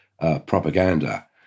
propaganda